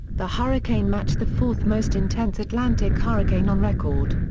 the hurricane matched the fourth most intense atlantic hurricane on record.